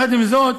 עם זאת,